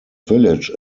village